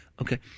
Okay